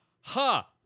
ha